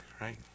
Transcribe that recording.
right